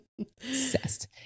obsessed